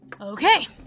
Okay